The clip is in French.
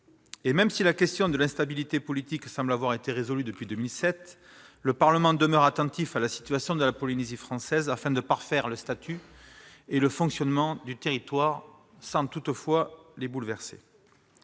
même si la question de l'instabilité politique semble résolue depuis 2007, le Parlement demeure attentif à la situation de la Polynésie française. Il convient de parfaire le statut et le fonctionnement du territoire, sans toutefois les bouleverser.